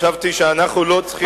חשבתי שאנחנו לא צריכים,